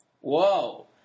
Whoa